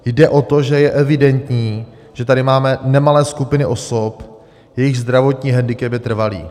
Jde o to, že je evidentní, že tady máme nemalé skupiny osob, jejichž zdravotní hendikep je trvalý.